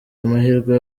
amahirwe